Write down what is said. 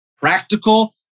practical